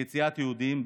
ליציאת יהודים,